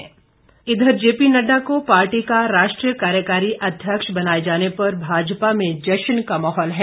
शुभकामनाएं इधर जेपी नड्डा को पार्टी का राष्ट्रीय कार्यकारी अध्यक्ष बनाए जाने पर भाजपा में जश्न का माहौल है